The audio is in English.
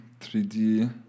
3D